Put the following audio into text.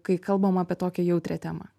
kai kalbam apie tokią jautrią temą